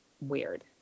weird